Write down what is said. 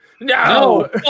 No